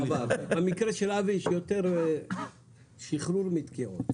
במקרה של אבי יש יותר שחרור מתקיעות.